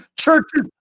churches